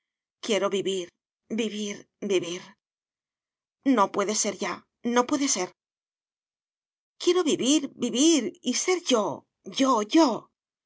quiero vivir vivir vivir no puede ser ya no puede ser quiero vivir vivir y ser yo yo yo